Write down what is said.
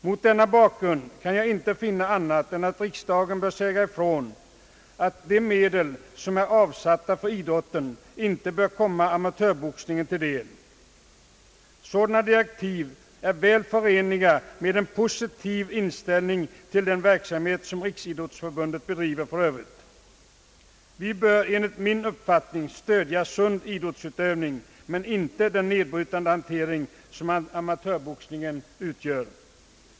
Mot denna bakgrund kan jag inte finna annat än att riksdagen bör säga ifrån att de medel som är avsatta för idrotten inte bör komma amatörboxningen till del. Sådana direktiv är väl förenliga med en positiv inställning till den verksamhet som Riksidrottsförbundet bedriver för övrigt. Vi bör enligt min uppfattning stödja sund idrottsutövning, men inte den nedbrytande hantering som amatörboxningen utgör.